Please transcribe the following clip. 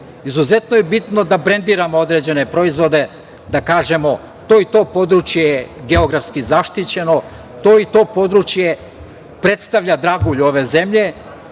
Izuzetno je bitno da brendiramo određene proizvode, da kažemo – to i to područje je geografski zaštićeno, to i to područje predstavlja dragulj ove zemlje